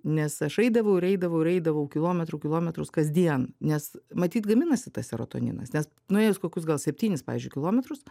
nes aš eidavau ir eidavau ir eidavau kilometrų kilometrus kasdien nes matyt gaminasi tas seratoninas nes nuėjus kokius gal septynis pavyzdžiui kilometrus